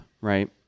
right